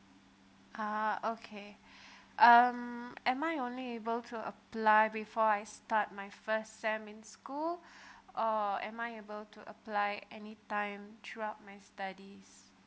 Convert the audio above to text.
ah okay um am I only able to apply before I start my first sem in school or am I able to apply anytime throughout my studies